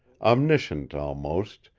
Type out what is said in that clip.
omniscient almost,